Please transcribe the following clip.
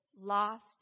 lost